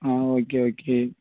ah okay okay